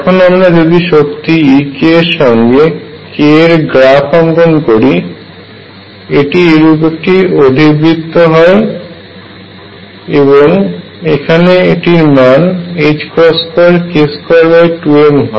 এখন আমরা যদি শক্তি E এর সঙ্গে k এর গ্রাফ অঙ্কন করি এটি এরূপ একটি অধিবৃত্ত এর আকার নেই এবং এখানে এটির মান 2k22m হয়